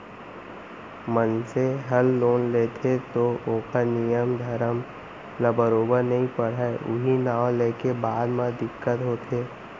मनसे हर लोन लेथे तौ ओकर नियम धरम ल बरोबर नइ पढ़य उहीं नांव लेके बाद म दिक्कत होथे